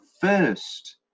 first